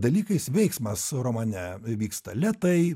dalykais veiksmas romane vyksta lėtai